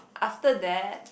after that